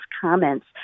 comments